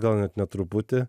gal net ne truputį